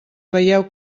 veieu